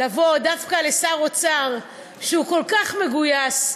לבוא דווקא לשר אוצר שהוא כל כך מגויס,